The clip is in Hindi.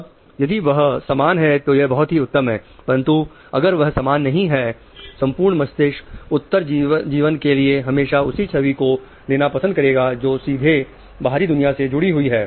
अब यदि वह समान हैं तो यह बहुत ही उत्तम है परंतु अगर वह समान नहीं है संपूर्ण मस्तिष्क उत्तर जीवन के लिए हमेशा उसी छवि को लेना पसंद करेगा जो सीधे बाहरी दुनिया से जुड़ी हुई हो